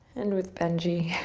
and with benji.